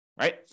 right